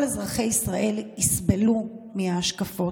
כל אזרחי ישראל יסבלו מההשקפות.